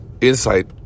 insight